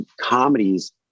comedies